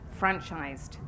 franchised